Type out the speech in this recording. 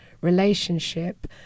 relationship